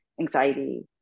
anxiety